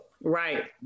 Right